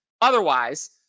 Otherwise